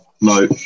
no